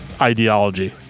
ideology